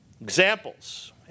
Examples